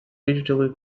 digitally